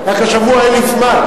רק השבוע אין לי זמן.